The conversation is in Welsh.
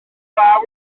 glaw